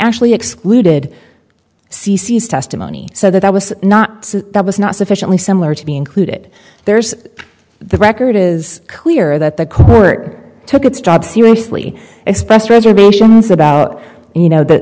actually excluded cc's testimony so that i was not that was not sufficiently similar to be included there's the record is clear that the court took its job seriously expressed reservations about you know the